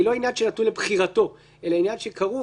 היא לא עניין שנתון לבחירתו אלא עניין שכרוך